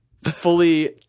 Fully